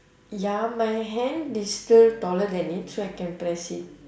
ya my hand is still taller than it so I can press it